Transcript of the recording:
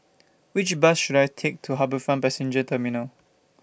Which Bus should I Take to HarbourFront Passenger Terminal